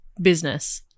business